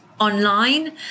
online